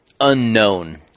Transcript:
Unknown